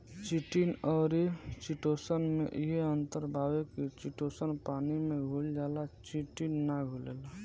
chitin अउरी chitosan में इहे अंतर बावे की चिटोसन पानी में घुल जाला चिटिन ना घुलेला